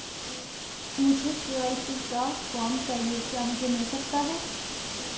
मुझे के.वाई.सी का फॉर्म चाहिए क्या मुझे मिल सकता है?